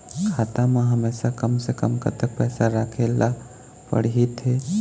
खाता मा हमेशा कम से कम कतक पैसा राखेला पड़ही थे?